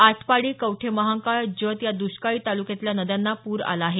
आटपाडी कवठेमहांकाळ जत या द्व्काळी तालुक्यातल्या नद्यांना पूर आला आहे